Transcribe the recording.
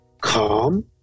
calm